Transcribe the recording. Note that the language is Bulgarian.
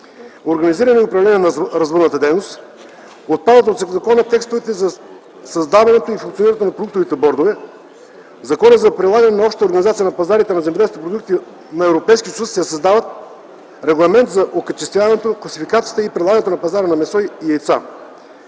организиране и управление на развъдната дейност; - отпадат от закона текстовете за създаването и функционирането на продуктовите бордове; - в Закона за прилагане на Общата организация на пазарите на земеделски продукти на Европейския съюз се създава регламент за окачествяването, класификацията и предлагането на пазара на месо и яйца.